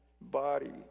body